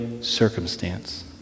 circumstance